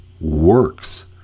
works